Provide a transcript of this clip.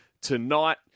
Tonight